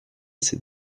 ses